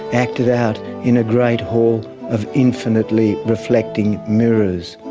acted out in a great hall of infinitely reflecting mirrors.